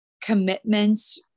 commitments